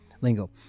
Lingo